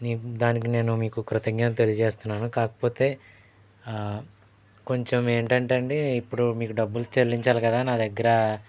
మీకు దానికి నేను మీకు కృతజ్ఞతలు తెలియచేస్తున్నాను కాకపోతే ఆ కొంచెం ఏంటంటే అండి ఇప్పుడు మీకు డబ్బులు చెల్లించాలి కదా నా దగ్గర